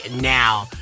now